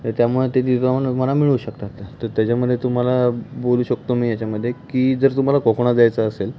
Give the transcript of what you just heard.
तर त्यामुळे तिथे जाऊन तुम्हाला मिळू शकतात त्या तर त्याच्यामध्ये तुम्हाला बोलू शकतो मी याच्यामध्ये की जर तुम्हाला कोकणात जायचं असेल